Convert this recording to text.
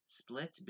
split